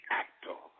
actor